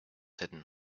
hidden